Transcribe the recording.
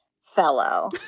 fellow